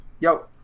yo